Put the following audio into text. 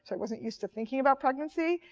so i wasn't used to thinking about pregnancy.